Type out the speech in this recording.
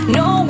no